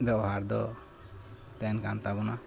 ᱵᱮᱵᱚᱦᱟᱨ ᱫᱚ ᱛᱟᱦᱮᱱᱠᱟᱱ ᱛᱟᱵᱚᱱᱟ